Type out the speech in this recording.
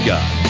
God